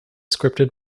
scripted